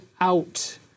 out